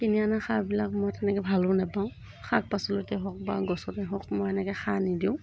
কিনি অনা সাৰবিলাক মই তেনেকৈ ভালো নাপাওঁ শাক পাচলিতে হওক বা গছতে হওক মই এনেকৈ সাৰ নিদিওঁ